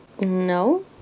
No